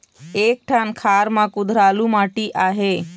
एक ठन खार म कुधरालू माटी आहे?